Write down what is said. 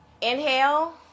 inhale